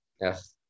Yes